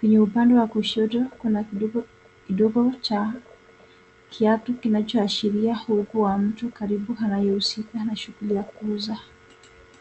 Kwenye upande wa kushoto kuna kiduka kidogo cha kiatu kinachoashiria uwepo wa mtu karibu anayehusika na shughuli ya kuuza.